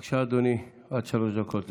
בבקשה, אדוני, עד שלוש דקות לרשותך.